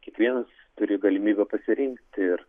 kiekvienas turi galimybę pasirinkti ir